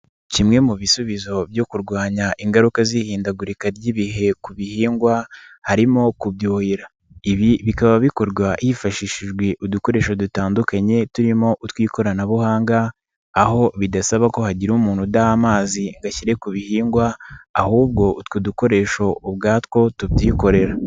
Kimwe mu bisubizo byo kurwanya ingaruka z'ihindagurika ry'ibihe ku bihingwa, harimo kubyuhira, ibi bikaba bikorwa hifashishijwe udukoresho dutandukanye turimo utw'ikoranabuhanga, aho bidasaba ko hagira umuntu udaha amazi ngo ashyire ku bihingwa, ahubwo utwo dukoresho ubwatwo tubyikorera.